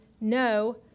no